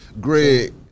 Greg